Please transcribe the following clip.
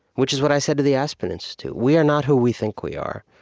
which is what i said to the aspen institute we are not who we think we are.